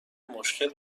مشکل